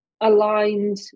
aligned